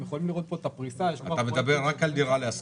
יכולים לראות פה את הפריסה --- אתה מדבר רק על דירה להשכיר,